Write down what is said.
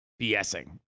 BSing